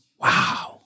Wow